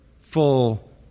full